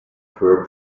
poor